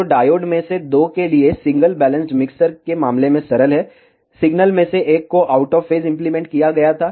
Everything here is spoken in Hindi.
तो डायोड में से दो के लिए सिंगल बैलेंस्ड मिक्सर के मामले में सरल है सिग्नल में से एक को आउट ऑफ फेज इम्प्लीमेंट किया गया था